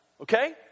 okay